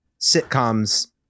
sitcoms